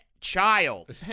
child